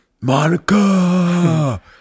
monica